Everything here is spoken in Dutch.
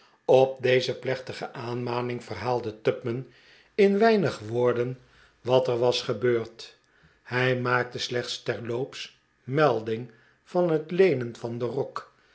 op deze plechtige aanmaning verhaalde tupman in weinig woorden wat er was ge beurd hij maakte slechts terloops melding van het leenen van den rok